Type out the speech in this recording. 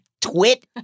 twit